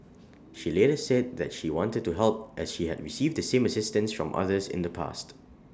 she later said that she wanted to help as she had received the same assistance from others in the past